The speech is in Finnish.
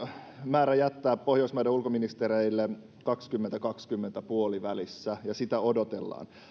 määrä jättää pohjoismaiden ulkoministereille vuoden kaksituhattakaksikymmentä puolivälissä ja sitä odotellaan